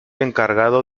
encargado